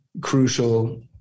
crucial